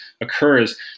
occurs